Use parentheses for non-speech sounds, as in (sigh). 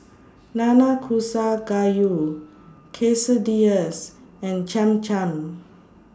(noise) Nanakusa Gayu Quesadillas and Cham Cham